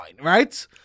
right